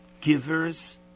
givers